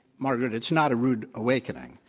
margaret, it's not a rude awakening.